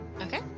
Okay